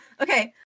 Okay